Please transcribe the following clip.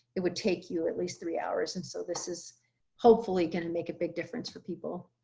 it would take you at least three hours. and so this is hopefully going to make a big difference for people